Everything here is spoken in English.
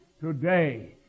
today